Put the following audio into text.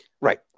Right